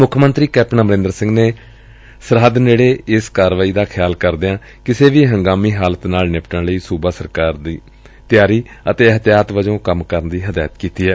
ਮੱਖ ਮੰਤਰੀ ਕੈਪਟਨ ਅਮਰਿੰਦਰ ਸਿੰਘ ਨੇ ਸਰਹੱਦ ਨੇੜੇ ਇਸ ਕਾਰਵਾਈ ਦਾ ਖਿਆਲ ਕਰਦਿਆਂ ਕਿਸੇ ਵੀ ਹੰਗਾਮੀ ਹਾਲਤ ਨਾਲ ਨਿਪਟਣ ਲਈ ਸੁਬਾ ਸਰਕਾਰ ਦੀ ਤਿਆਰੀ ਅਤੇ ਅਹਤਿਆਤ ਵਜੋਂ ਕੰਮ ਕਰਨ ਦੀ ਹਦਾਇਤ ਕੀਤੀ ਏ